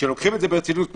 כשלוקחים את זה ברצינות,